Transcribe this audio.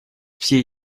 все